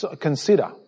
consider